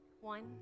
One